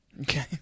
okay